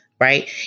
Right